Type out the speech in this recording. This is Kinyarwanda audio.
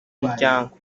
miryango